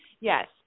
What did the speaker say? Yes